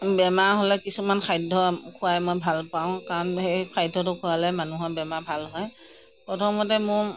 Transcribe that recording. বেমাৰ হ'লে কিছুমান খাদ্য খুৱাই মই ভাল পাওঁ কাৰণ সেই খাদ্যটো খুৱালে মানুহৰ বেমাৰ ভাল হয় প্ৰথমতে মোৰ